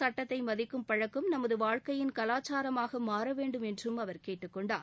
சுட்டத்தை மதிக்கும் பழக்கம் நமது வாழ்க்கையின் கவாச்சாரமாக மாறவேண்டும் என்றும் அவர் கேட்டுக்கொண்டார்